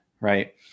right